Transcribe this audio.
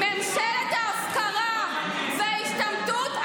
ממשלת ההפקרה וההשתמטות,